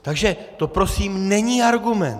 Takže to prosím není argument.